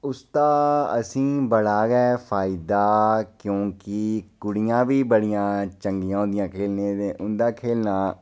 उसदा असें ई बड़ा गै फायदा क्योंकि कुड़ियां बी बड़ियां चंगियां होंदियां खेढने च उं'दा खेढना